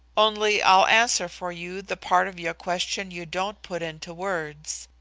only i'll answer for you the part of your question you don't put into words.